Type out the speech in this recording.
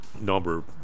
number